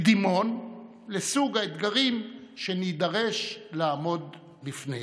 קדימון לסוג האתגרים שנידרש לעמוד בפניהם.